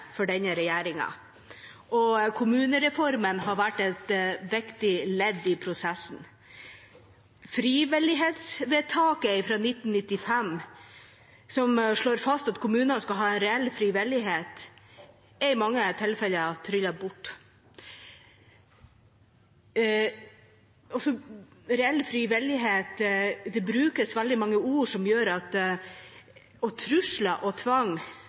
for denne regjeringen, og kommunereformen har vært et viktig ledd i prosessen. Frivillighetsvedtaket fra 1995, som slår fast at kommunene skal ha reell frivillighet, er i mange tilfeller tryllet bort. Reell frivillighet – det brukes veldig mange ord og trusler og tvang